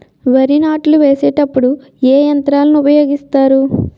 వరి నాట్లు వేసేటప్పుడు ఏ యంత్రాలను ఉపయోగిస్తారు?